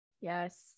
Yes